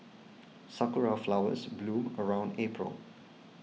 sakura flowers bloom around April